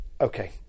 Okay